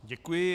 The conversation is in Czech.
Děkuji.